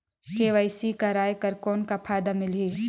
KYC कराय कर कौन का फायदा मिलही?